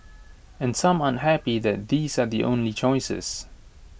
and some aren't happy that these are the only choices